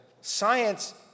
science